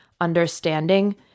understanding